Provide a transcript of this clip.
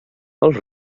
els